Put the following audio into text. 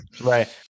Right